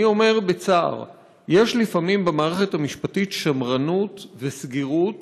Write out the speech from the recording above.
אני אומר בצער שיש לפעמים במערכת המשפטית שמרנות וסגירות